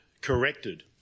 corrected